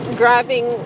grabbing